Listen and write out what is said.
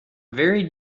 very